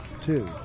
two